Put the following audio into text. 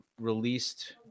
released